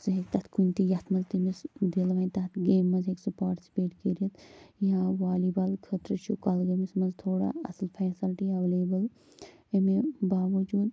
سُہ ہیٚکہِ تَتھ کُنہِ تہِ یَتھ منٛز تٔمِس دِل وَنہِ تَتھ گیمہِ منٛز ہیٚکہِ سُہ پارٹسپیٹ کٔرِتھ یا والی بال خٲطرٕ چھُ کۄلگٲمِس منٛز تھوڑا اصٕل فیسلٹی ایٚولیبٕل امہِ باوجود